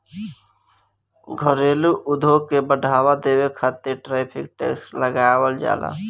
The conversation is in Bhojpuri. घरेलू उद्योग के बढ़ावा देबे खातिर टैरिफ टैक्स के लगावल जाला